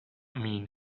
mean